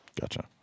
Gotcha